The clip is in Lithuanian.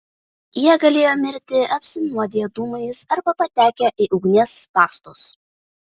jie galėjo mirti apsinuodiję dūmais arba patekę į ugnies spąstus